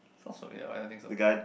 sounds so weird I don't think so